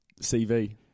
CV